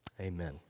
Amen